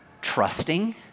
trusting